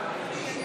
תודה.